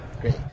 great